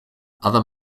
other